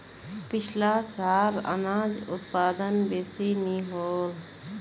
पिछला साल अनाज उत्पादन बेसि नी होल